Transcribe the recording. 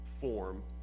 form